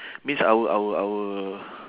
means our our our